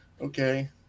Okay